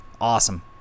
awesome